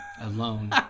alone